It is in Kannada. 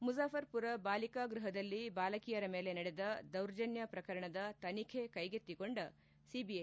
ಮುಜಾಫರ್ಪುರ ಬಾಲಿಕಾ ಗೃಹದಲ್ಲಿ ಬಾಲಕಿಯರ ಮೇಲೆ ನಡೆದ ದೌರ್ಜನ್ಯ ಶ್ರಕರಣದ ತನಿಖೆ ಕೈಗೆತ್ತಿಕೊಂಡ ಸಿಬಿಐ